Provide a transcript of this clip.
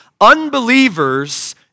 Unbelievers